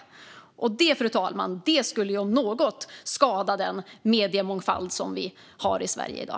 Det om något, fru talman, skulle skada den mediemångfald som vi har i Sverige i dag.